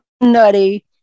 nutty